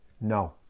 no